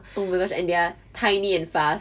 oh my gosh and they are 太念罚